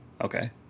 Okay